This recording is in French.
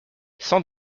sans